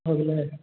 हो गेलै